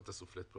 אל תעשו פלאט פה,